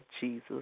Jesus